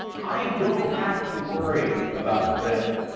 i don't have to worry about them.